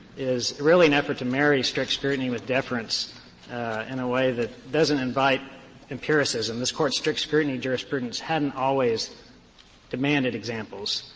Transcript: is really an effort to marry strict scrutiny with deference in a way that doesn't invite empiricism. this court's strict scrutiny jurisprudence hadn't always demanded examples,